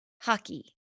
Hockey